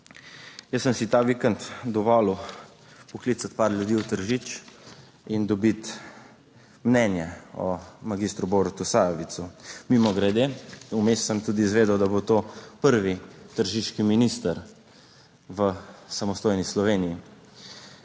Jaz sem si ta vikend dovolil vpoklicati par ljudi v Tržič in dobiti mnenje o magistru Borutu Sajovicu. Mimogrede vmes sem tudi izvedel, da bo to prvi tržiški minister v samostojni Sloveniji.